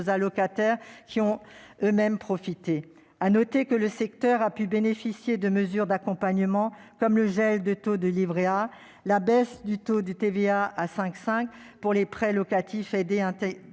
allocataires, qui en ont même profité. J'ajoute que le secteur a bénéficié de mesures d'accompagnement, comme le gel du taux du livret A et la baisse du taux de TVA à 5,5 % pour les prêts locatifs aidés